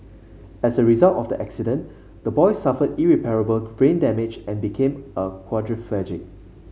as a result of the accident the boy suffered irreparable brain damage and became a quadriplegic